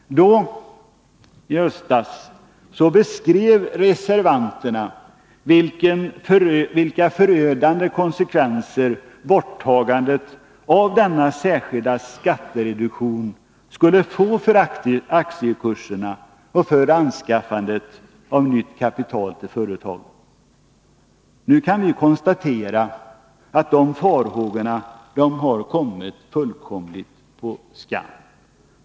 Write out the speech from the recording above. I höstas, beskrev reservanterna vilka förödande konsekvenser borttagandet av denna särskilda skattereduktion skulle få för aktiekurserna och för anskaffandet av nytt kapital till företagen. Nu kan vi konstatera att de farhågorna kommit fullkomligt på skam.